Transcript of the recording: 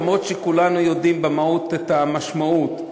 למרות שכולנו יודעים במהות את המשמעות.